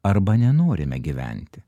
arba nenorime gyventi